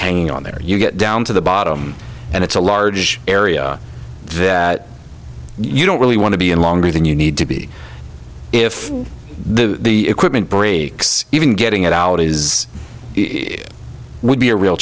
hanging on there you get down to the bottom and it's a large area that you don't really want to be in longer than you need to be if the equipment breaks even getting it out is it would be a real